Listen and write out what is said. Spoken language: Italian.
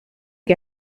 che